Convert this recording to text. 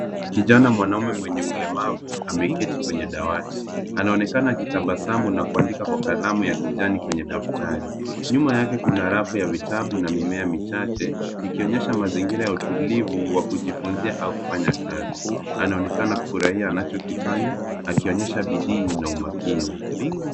Kijana mwanaume mwenye ulemavu ameketi kwenye dawati. Anaonekana akitabasamu na kuandika kwa kalamu ya kijani kwenye daftari. Nyuma yake kuna rafu ya vitabu na imea michache ikionyesha mazingira ya utulivu wa kujifunzi au kufanya kazi. Anaonekana kufurahia achokifanya akionyesha bidii na umakini.